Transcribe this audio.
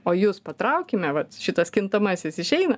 o jus patraukime vat šitas kintamasis išeina